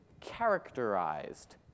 characterized